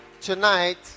tonight